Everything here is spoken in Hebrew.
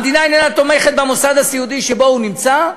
המדינה איננה תומכת במוסד הסיעודי שבו הוא נמצא,